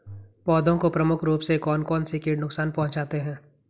पौधों को प्रमुख रूप से कौन कौन से कीट नुकसान पहुंचाते हैं?